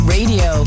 Radio